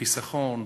חיסכון,